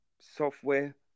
software